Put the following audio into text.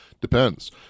Depends